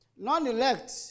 Non-elect